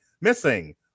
Missing